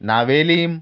Navelim